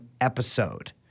episode